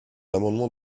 amendement